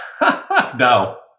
No